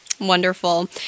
Wonderful